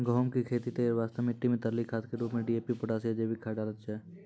गहूम के खेत तैयारी वास्ते मिट्टी मे तरली खाद के रूप मे डी.ए.पी पोटास या जैविक खाद डालल जाय छै